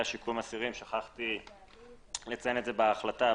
שיקום אסירים שכחתי לציין את זה בהחלטה,